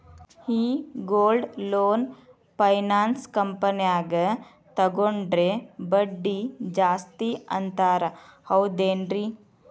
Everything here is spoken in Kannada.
ಈ ಗೋಲ್ಡ್ ಲೋನ್ ಫೈನಾನ್ಸ್ ಕಂಪನ್ಯಾಗ ತಗೊಂಡ್ರೆ ಬಡ್ಡಿ ಜಾಸ್ತಿ ಅಂತಾರ ಹೌದೇನ್ರಿ?